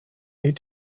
need